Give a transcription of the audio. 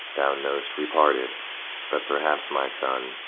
thou know'st we parted but perhaps, my son,